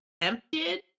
tempted